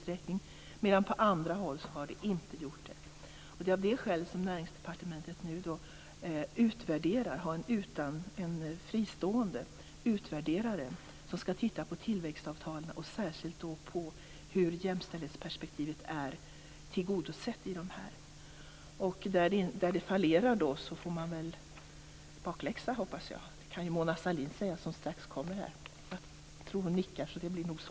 På andra håll har så inte varit fallet. Det är av det skälet som Näringsdepartementet nu har en fristående utvärderare som skall titta särskilt på hur jämställdhetsperspektivet är tillgodosett i tillväxtavtalen. Där detta fallerar hoppas jag att man får bakläxa. Det kan Mona Sahlin, som strax skall få ordet, säga något om. Jag tycker mig se att hon nickar. Det blir nog så.